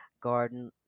garden